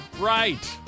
right